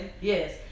yes